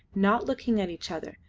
not looking at each other,